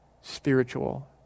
Spiritual